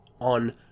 on